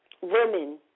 Women